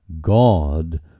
God